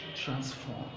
Transform